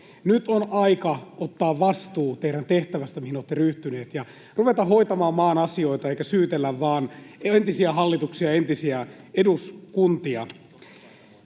nyt on aika ottaa vastuu siitä teidän tehtävästänne, mihin olette ryhtyneet, ja ruveta hoitamaan maan asioita eikä syytellä vaan entisiä hallituksia ja entisiä eduskuntia.